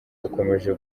ukomeje